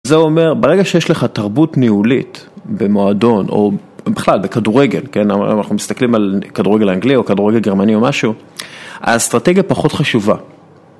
זה אומר, ברגע שיש לך תרבות ניהולית, במועדון, או בכלל, בכדורגל, כן, אם אנחנו מסתכלים על כדורגל אנגלי או כדורגל גרמני או משהו, האסטרטגיה פחות חשובה.